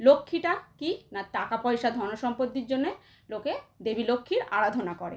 লক্ষ্মীটা কী না টাকা পয়সা ধন সম্পত্তির জন্যে লোকে দেবী লক্ষ্মীর আরাধনা করে